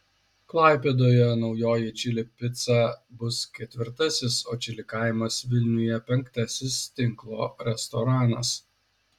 klaipėdoje naujoji čili pica bus ketvirtasis o čili kaimas vilniuje penktasis tinklo restoranas